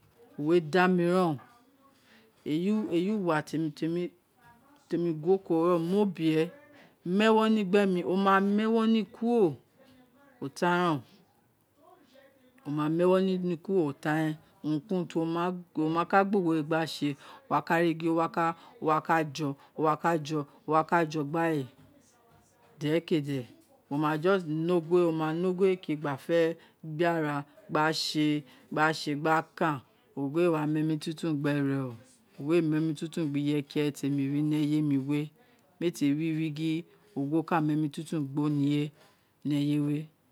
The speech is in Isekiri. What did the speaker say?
Uwo re da mi ren eyi inen eyi uwa ti emi guo oko ren, mo bie e ma ewo ne gbe ma mo ma mu ewo ni kuro o tan ren, wo ma mu wino ni kuro o tan ren, urun ki urun wo ma ka gbe ogho we gbase wa ka ri gin owa ka jo, o wa ka je gba re dere kee de, mo ma gua ne ogho o, wo ma ne ogho no we ke gba fe gbe ara gba se, gba se gba kan we ēē wo ma emi tun tun gbere o ogho ēē mu ani tun tun gbe ire ye te me ri ni eye we, me e teri gin ogho kee mu emi tun tun gbe ireye ni eye.